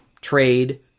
trade